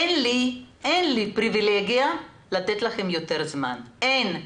אין לי פריבילגיה לתת לכם יותר זמן, אין.